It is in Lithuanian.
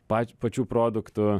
pač pačių produktų